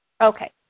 Okay